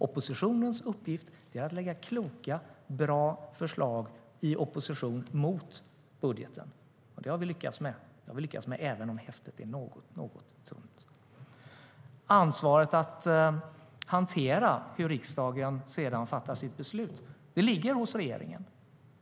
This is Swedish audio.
Oppositionens uppgift är att lägga fram kloka, bra förslag i opposition mot budgeten. Det har vi lyckats med, även om häftet är något tunt. Ansvaret att hantera hur riksdagen sedan fattar sitt beslut ligger hos regeringen.